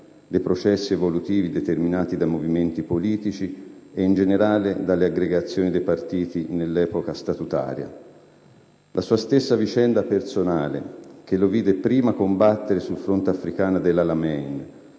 dei processi evolutivi determinati dai movimenti politici e, in generale, dalle aggregazioni partitiche in epoca statutaria. La sua stessa vicenda personale, che lo vede prima combattere sul fronte africano ad El Alamein